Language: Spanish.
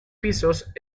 pisos